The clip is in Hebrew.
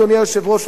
אדוני היושב-ראש,